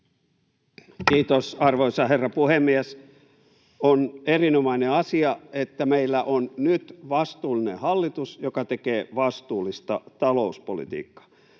Kiitos, arvoisa herra puhemies! On erinomainen asia, että meillä on nyt vastuullinen hallitus, joka tekee vastuullista talouspolitiikkaa.